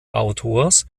autors